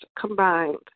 combined